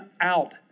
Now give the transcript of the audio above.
out